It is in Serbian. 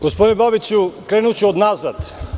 Gospodine Babiću, krenuću od nazad.